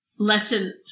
Lesson